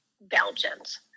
belgians